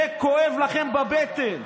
זה כואב לכם בבטן.